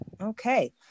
okay